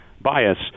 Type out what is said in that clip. bias